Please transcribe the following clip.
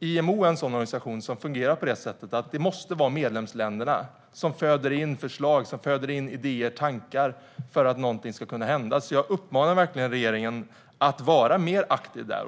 IMO är en organisation som fungerar på det sättet att det måste vara medlemsländerna som föder in förslag, idéer och tankar för att något ska kunna hända, så jag uppmanar verkligen regeringen att vara mer aktiv där.